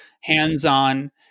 hands-on